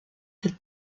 cette